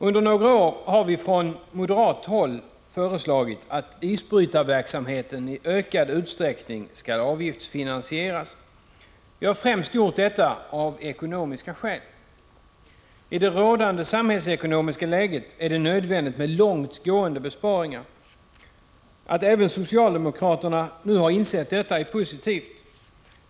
Under några år har vi från moderat håll föreslagit att isbrytarverksamheten i ökad utsträckning skall avgiftsfinansieras. Vi har främst gjort det av ekonomiska skäl. I det rådande samhällsekonomiska läget är det nödvändigt med långt gående besparingar. Att även socialdemokraterna nu har insett detta är positivt.